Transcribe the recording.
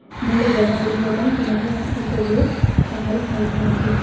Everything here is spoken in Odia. ଭଲ ଜାଗା ବୁଲିବା ପାଇଁ ସେମାନେ ଏସବୁର ହେଲ୍ପ ନେଇଥାନ୍ତି